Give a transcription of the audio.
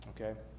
okay